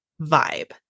vibe